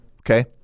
okay